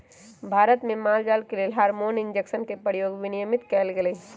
भारत में माल जाल के लेल हार्मोन इंजेक्शन के प्रयोग विनियमित कएल गेलई ह